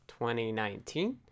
2019